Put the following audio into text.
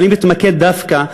אני מתמקד דווקא,